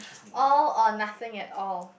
all or nothing at all